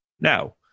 Now